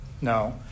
No